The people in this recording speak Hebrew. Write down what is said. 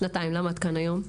למה את כאן היום?